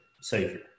Savior